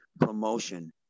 promotion